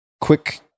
Quick